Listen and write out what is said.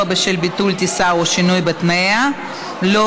בשל ביטול טיסה או שינוי בתנאיה) (תיקון,